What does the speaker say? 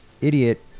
idiot